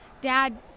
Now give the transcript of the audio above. dad